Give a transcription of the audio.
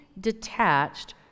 detached